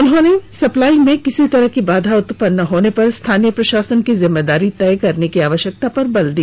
उन्होंने सप्लाई में किसी तरह की बाधा उत्पन्न होने पर स्थानीय प्रशासन की जिम्मेदारी तय करने की आवश्यकता पर भी जोर दिया